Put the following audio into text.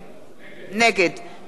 נגד נסים זאב,